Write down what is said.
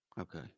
Okay